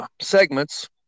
segments